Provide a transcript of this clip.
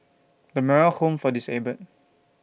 The Moral Home For Disabled